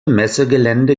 messegelände